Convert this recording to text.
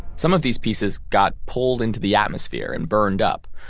some of these pieces got pulled into the atmosphere and burned up,